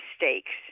mistakes